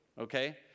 okay